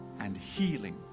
and healing.